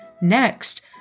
Next